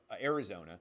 Arizona